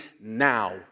now